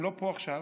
הם לא פה עכשיו,